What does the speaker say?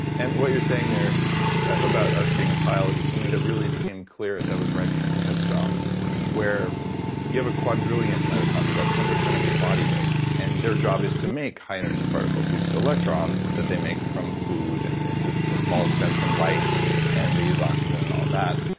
and what you're saying there about us being a pile is something that really became clear as i was writing head strong where you have a quadrillion mitochondrial, about but ten percent of your body weight and their job is to make high energy particles, these electrons that they make from food and and to a small extent from light and they use oxygen and all of that,